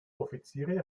offiziere